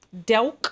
Delk